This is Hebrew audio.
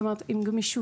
זאת אומרת עם גמישות,